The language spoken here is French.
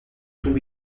tout